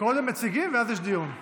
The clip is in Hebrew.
קודם מציגים ואז יש דיון.